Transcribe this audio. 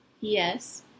Yes